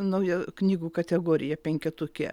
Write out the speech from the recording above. naują knygų kategoriją penketuke